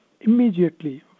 immediately